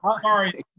sorry